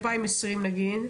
2020 נגיד,